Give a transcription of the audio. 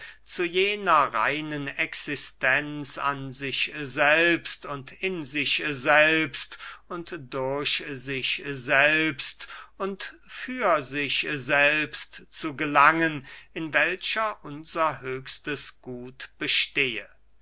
zu jener reinen existenz an sich selbst und in sich selbst und durch sich selbst und für sich selbst zu gelangen in welcher unser höchstes gut bestehe